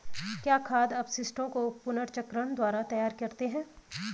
क्या खाद अपशिष्टों को पुनर्चक्रण द्वारा तैयार करते हैं?